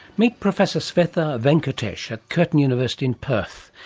meet professor svetha venkatesh at curtin university in perth.